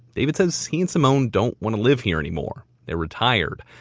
david said so he and simone don't want to live here anymore. they're retired,